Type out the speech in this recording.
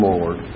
Lord